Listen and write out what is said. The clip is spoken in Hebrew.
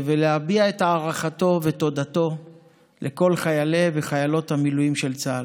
ולהביע את הערכתו ותודתו לכל חיילי וחיילות המילואים של צה"ל.